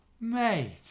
Mate